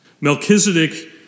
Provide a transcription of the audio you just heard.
Melchizedek